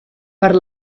per